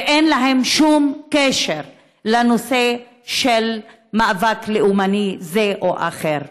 ואין להן שום קשר לנושא של מאבק לאומני זה או אחר.